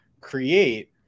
create